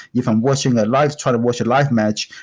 even watching a live, try to watch a live match,